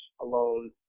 alone